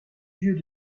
vieux